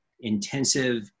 intensive